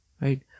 right